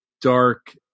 dark